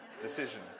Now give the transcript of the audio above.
decision